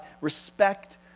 Respect